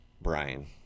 Brian